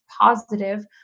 positive